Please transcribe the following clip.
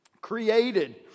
Created